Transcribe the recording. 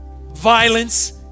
violence